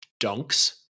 dunks